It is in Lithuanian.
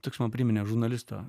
toks man priminė žurnalisto